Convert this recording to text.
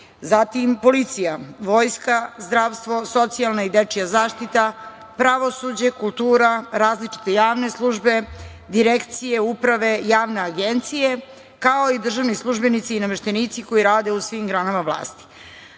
zatim policija, vojska, zdravstvo, socijalna i dečija zaštita, pravosuđe, kultura, različite javne službe, direkcije, uprave, javne agencije, kao i državni službenici i nameštenici koji rade u svim granama vlasti.